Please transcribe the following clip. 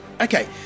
Okay